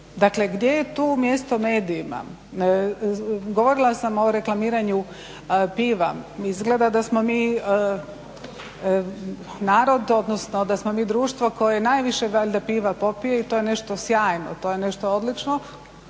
dakle gdje je tu mjesto medijima. Govorila sam o reklamiranju piva. Izgleda da smo mi narod odnosno da smo mi društvo koje najviše valjda piva popije i to je nešto sjajno, to je nešto odlično.